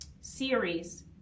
series